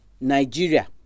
Nigeria